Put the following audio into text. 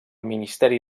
ministeri